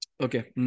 Okay